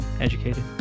Educated